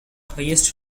highest